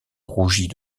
rougit